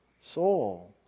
soul